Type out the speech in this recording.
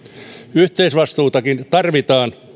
yhteisvastuutakin tarvitaan